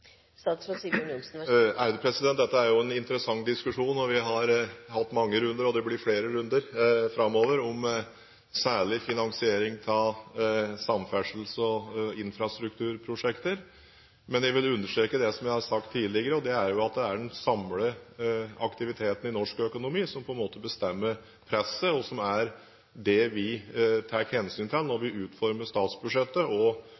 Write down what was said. Dette er en interessant diskusjon. Vi har hatt mange runder, og det blir flere runder framover, særlig om finansiering av samferdsels- og infrastrukturprosjekter. Jeg vil understreke det som jeg har sagt tidligere, at det er den samlede aktiviteten i norsk økonomi som bestemmer presset, og som er det vi tar hensyn til når vi utformer statsbudsjettet og